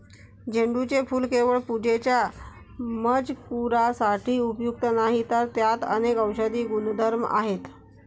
झेंडूचे फूल केवळ पूजेच्या मजकुरासाठी उपयुक्त नाही, तर त्यात अनेक औषधी गुणधर्म आहेत